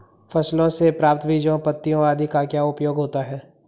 फसलों से प्राप्त बीजों पत्तियों आदि का क्या उपयोग होता है?